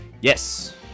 Yes